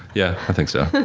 yeah i think so.